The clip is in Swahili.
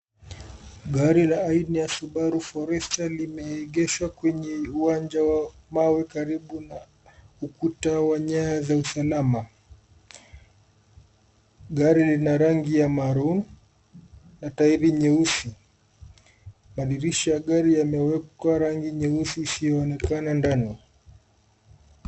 Gari la aina ya Subaru Forester limeegeshwa kwenye uwanja wa mawe karibu na ukuta wa nyanya za usalama. Gari lina rangi ya maroon na tairi nyeusi. Madirisha ya gari yamewekwa rangi nyeusi isiyoonekana ndani.